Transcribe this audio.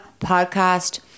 Podcast